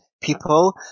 people